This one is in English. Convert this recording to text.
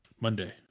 Monday